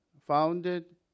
founded